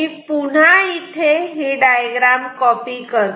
आता मी पुन्हा इथे ही डायग्राम कॉपी करतो